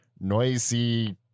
noisy